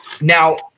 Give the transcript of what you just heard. Now